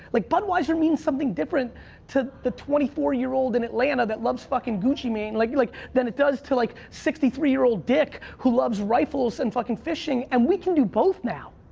like budweiser means something different to the twenty four year old in atlanta that loves fuckin' gucci, man, like like than it does to like sixty three year old dick who loves rifles and fucking fishing and we can do both now.